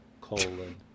colon